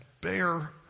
bear